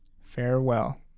farewell